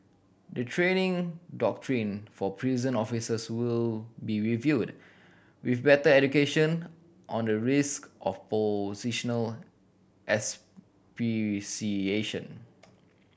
the training doctrine for prison officers will be reviewed with better education on the risk of positional asphyxiation